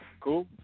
Cool